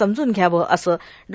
समजून घ्यावं असं डॉ